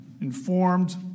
informed